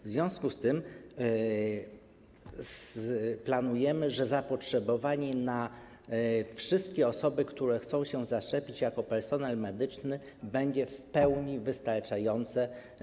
W związku z tym planujemy, że zapotrzebowanie, jeśli chodzi o wszystkie osoby, które chcą się zaszczepić jako personel medyczny, będzie w pełni wystarczające.